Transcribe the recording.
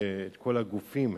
את כל הגופים,